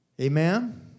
Amen